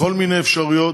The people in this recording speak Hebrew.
בכל מיני אפשרויות,